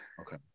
okay